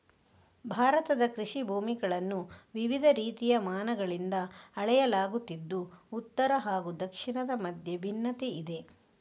ಭಾರತದ ಕೃಷಿ ಭೂಮಿಗಳನ್ನು ವಿವಿಧ ರೀತಿಯ ಮಾನಗಳಿಂದ ಅಳೆಯಲಾಗುತ್ತಿದ್ದು ಉತ್ತರ ಹಾಗೂ ದಕ್ಷಿಣದ ಮಧ್ಯೆ ಭಿನ್ನತೆಯಿದೆ